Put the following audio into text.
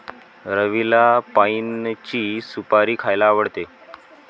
रवीला पाइनची सुपारी खायला आवडते